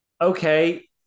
Okay